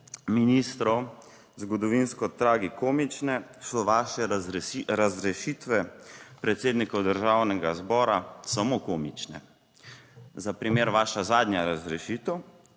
ministrov zgodovinsko tragikomične, so vaše razrešitve predsednikov Državnega zbora samo komične. Za primer vaša zadnja razrešitev